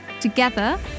together